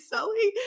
Sully